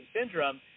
syndrome